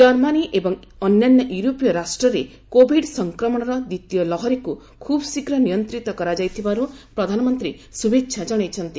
Germany ଏବଂ ଅନ୍ୟାନ୍ୟ ୟୁରୋପୀୟ ରାଷ୍ଟ୍ରରେ କୋଭିଡ୍ ସଂକ୍ରମଣର ଦ୍ୱିତୀୟ ଲହରୀକୁ ଖୁବ୍ଶୀଘ୍ର ନିୟନ୍ତ୍ରିତ କରାଇଥିବାରୁ ପ୍ରଧାନମନ୍ତ୍ରୀ ଶୁଭେଚ୍ଛା ଜଣାଇଛନ୍ତି